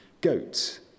goats